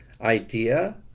idea